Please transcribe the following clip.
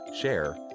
share